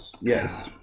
Yes